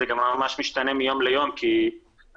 וגם ממש משתנה מיום ליום כי השיפורים